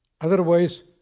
Otherwise